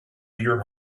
your